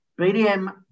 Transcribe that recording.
BDM